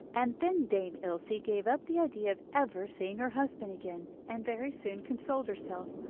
and then dame ilse gave up the idea of ever seeing her husband again and very soon consoled herself,